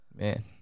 Man